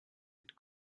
had